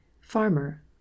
Farmer